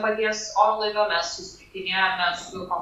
paties orlaivio mes susitikinėjome su kom